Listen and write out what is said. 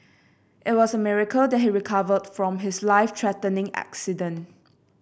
it was a miracle that he recovered from his life threatening accident